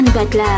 Butler